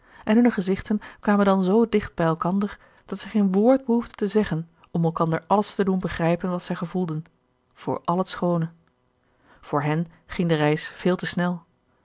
en hunne gezichten kwamen dan zoo dicht bij elkander dat zij geen woord behoefden te zeggen om elkander alles te doen begrijpen wat zij gevoelden voor al het schoone voor hen ging de reis veel te snel